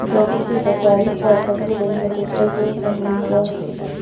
गहूं के कटाई पर सबले बढ़िया टेक्टर कोन सा होही ग?